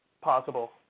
possible